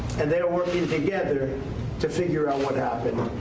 and they are working together to figure out what happen.